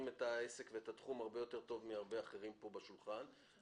את העסק ואת התחום הרבה יותר טוב מהרבה אחרים שנמצאים כאן סביב השולחן.